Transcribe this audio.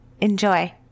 Enjoy